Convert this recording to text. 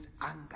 anger